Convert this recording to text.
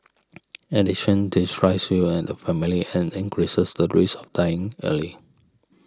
addiction destroys you and family and increases the risk of dying early